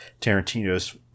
Tarantino's